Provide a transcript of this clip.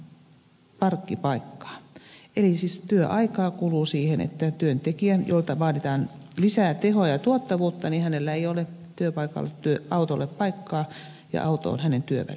eli siis työaikaa kuluu siihen että työntekijällä jolta vaaditaan lisää tehoa ja tuottavuutta ei ole työpaikalla autolle paikkaa ja auto on hänen työvälineensä